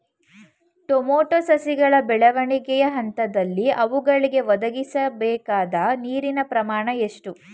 Tomato ಸಸಿಗಳ ಬೆಳವಣಿಗೆಯ ಹಂತದಲ್ಲಿ ಅವುಗಳಿಗೆ ಒದಗಿಸಲುಬೇಕಾದ ನೀರಿನ ಪ್ರಮಾಣ ಎಷ್ಟು?